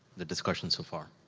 the discussion so far.